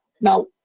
Now